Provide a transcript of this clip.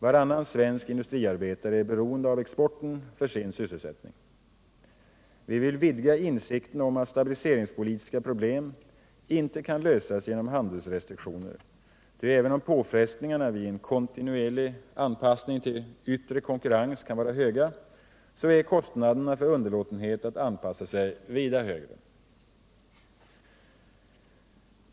Varannan svensk industriarbetare är beroende av exporten för sin sysselsättning. Vi vill vidga insikten om att stabiliseringspolitiska problem inte kan lösas genom handelsrestriktioner, ty även om påfrestningarna vid en kontinuerlig anpassning till yttre konkurrens kan vara höga, är dock kostnaderna för underlåtenhet att anpassa sig vida högre.